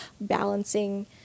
balancing